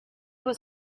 was